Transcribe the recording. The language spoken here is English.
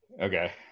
okay